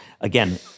Again